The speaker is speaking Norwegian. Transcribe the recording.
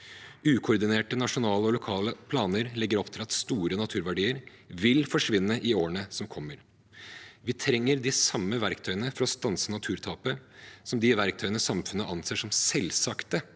Ukoordinerte nasjonale og lokale planer legger opp til at store naturverdier vil forsvinne i årene som kommer. Vi trenger de samme verktøyene for å stanse naturtapet som de verktøyene samfunnet anser som selvsagt